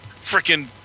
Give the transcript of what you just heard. freaking